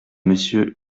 monsieur